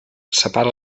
separa